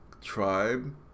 tribe